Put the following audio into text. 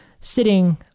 sitting